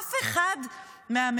אף אחד מהממשלה,